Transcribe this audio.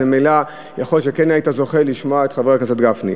ואז ממילא יכול להיות שכן היית זוכה לשמוע את חבר הכנסת גפני.